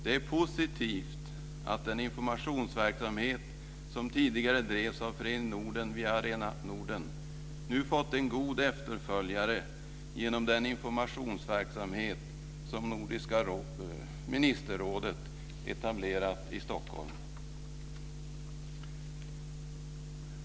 Det är positivt att den informationsverksamhet som tidigare drevs av Föreningen Norden via Arena Norden nu fått en god efterföljare genom den informationsverksamhet som Nordiska ministerrådet etablerat i Stockholm.